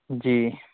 جی